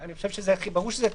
ברור שהכי ברור שזה טוב,